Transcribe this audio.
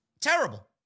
Terrible